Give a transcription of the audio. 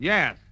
Yes